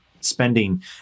spending